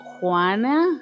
Juana